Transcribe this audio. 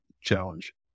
challenge